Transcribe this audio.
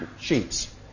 sheets